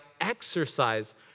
exercise